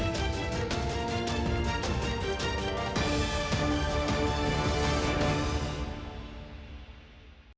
Дякую,